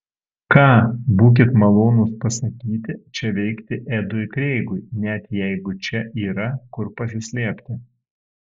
ką būkit malonūs pasakyti čia veikti edui kreigui net jeigu čia yra kur pasislėpti